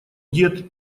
дед